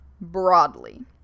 broadly